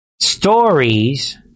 stories